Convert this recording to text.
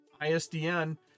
ISDN